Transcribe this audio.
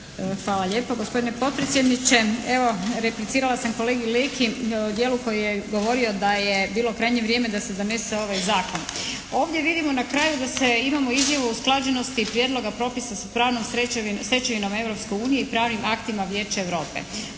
Hvala lijepo gospodine potpredsjedniče. Evo, replicirala sam kolegi Leki u dijelu koji je govorio da je bilo krajnje vrijeme da se donese ovaj zakon. Ovdje vidimo na kraju da se imamo izjavu usklađenosti prijedloga propisa s pravnom stečevinom Europske unije i pravnim aktima Vijeća Europe.